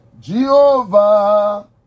Jehovah